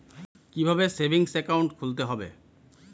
কীভাবে savings account খুলতে হবে?